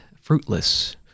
fruitless